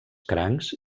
crancs